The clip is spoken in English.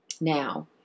Now